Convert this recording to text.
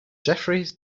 jefferies